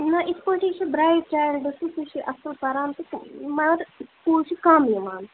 نہ یِتھ پٲٹھے چھُ برٛایٹ سایڈ سُہ چھِ اَصٕل پران مگر سکوٗل چھُ کم یِوان